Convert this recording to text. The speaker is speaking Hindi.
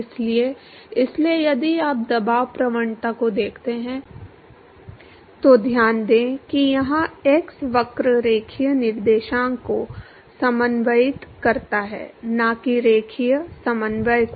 इसलिए इसलिए यदि आप दबाव प्रवणता को देखते हैं तो ध्यान दें कि यहां x वक्र रैखिक निर्देशांक को समन्वयित करता है न कि रैखिक समन्वय को